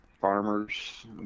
farmers